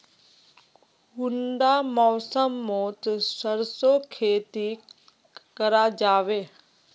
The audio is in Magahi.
कुंडा मौसम मोत सरसों खेती करा जाबे?